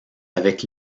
avec